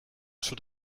should